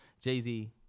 Jay-Z